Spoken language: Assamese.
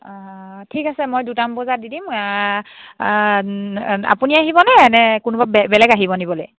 অঁ ঠিক আছে মই দুটামান বজাত দি দিম আপুনি আহিবনে নে কোনোবা বে বেলেগ আহিব নিবলৈ